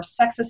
sexist